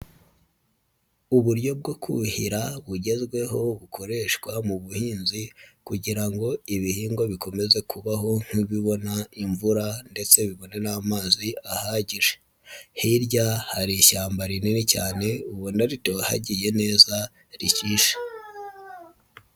Uburyo bwo kuhira bugezweho bukoreshwa mu buhinzi kugira ngo ibihingwa bikomeze kubaho nk'ibibona imvura ndetse bibone n'amazi ahagije. Hirya hari ishyamba rinini cyane ubona ritohagiye neza rishishe.